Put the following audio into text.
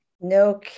No